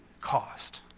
cost